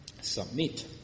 submit